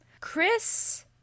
Chris